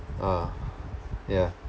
ah ya